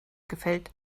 gefällt